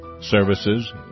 services